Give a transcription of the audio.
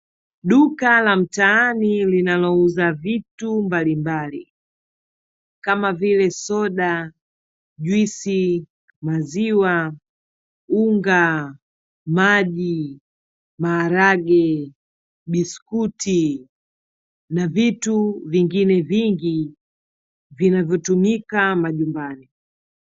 Duka la mtaani linalouza vitu mbalimbali kama vile: Soda, juisi, maziwa, unga, maji, maharage, biskuiti na vitu vingine vingi vinavyotumika majumbani.